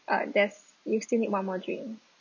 uh there's you've still need one more drink